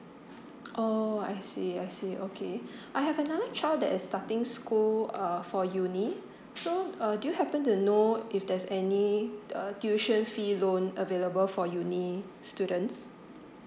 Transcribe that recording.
oh I see I see okay I have another child that is starting school uh for uni so uh do you happen to know if there's any uh tuition fee loan available for university students